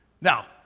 Now